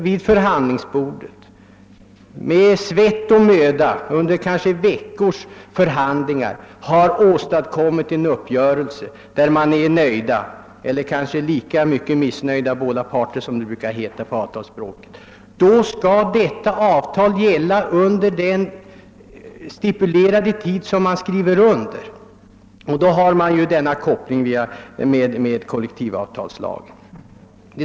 En uppgörelse mellan arbetsmarknadens parter som nås vid förhandlingsbordet och som parterna är nöjda med — eller lika missnöjda med, såsom det brukar heta på avtalsspråket — är något som skall gälla under den i avtalet stipulerade tiden. För detta ändamål finns också en bestämmelse införd i kollektivavtalslagen.